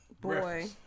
boy